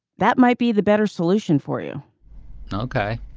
that might be the better solution for you know okay.